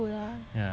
food ah